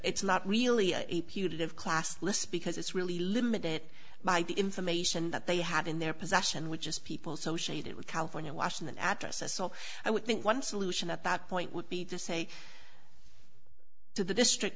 it's not really a putative class list because it's really limited by the information that they had in their possession which is people associated with california washington addresses so i would think one solution at that point would be to say to the district